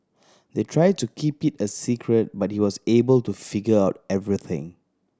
they tried to keep it a secret but he was able to figure out everything